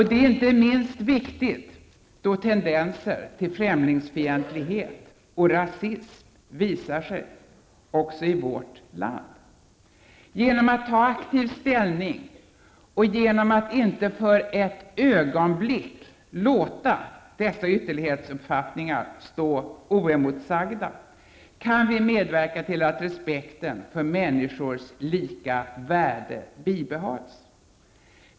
Detta är inte minst viktigt då tendenser till främlingsfientlighet och rasism visar sig, också i vårt land. Genom att ta aktiv ställning och genom att inte för ett ögonblick låta dessa ytterlighetsuppfattningar stå oemotsagda kan vi medverka till att respekten för människors lika värde bibehålls.